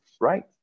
right